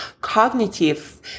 cognitive